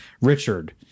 Richard